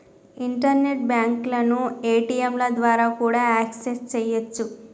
internet బ్యాంకులను ఏ.టీ.యంల ద్వారా కూడా యాక్సెస్ చెయ్యొచ్చు